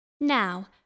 Now